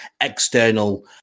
external